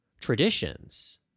traditions